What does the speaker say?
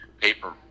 paper